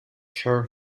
her